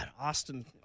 Austin